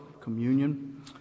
communion